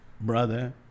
brother